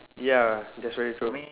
ya that's why we throw